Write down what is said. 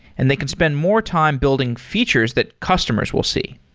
and they can spend more time building features that customers will see.